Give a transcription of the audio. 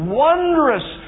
wondrous